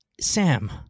Sam